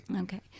Okay